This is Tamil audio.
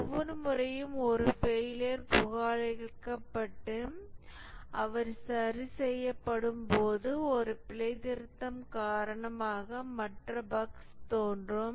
ஒவ்வொரு முறையும் ஒரு ஃபெயிலியர் புகாரளிக்கப்பட்டு இவை சரி செய்யப்படும்போது ஒரு பிழைத்திருத்தம் காரணமாக மற்ற பஃக்ஸ் தோன்றும்